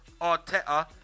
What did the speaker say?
Arteta